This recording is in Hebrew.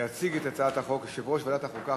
יציג את הצעת החוק יושב-ראש ועדת החוקה,